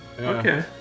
okay